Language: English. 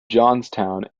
johnstown